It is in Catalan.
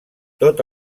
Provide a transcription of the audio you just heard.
tot